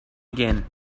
again